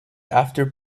after